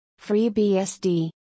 FreeBSD